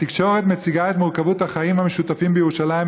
התקשורת מציגה את מורכבות החיים המשותפים בירושלים,